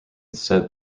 said